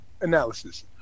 analysis